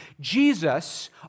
Jesus